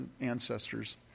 ancestors